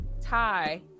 tie